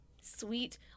sweet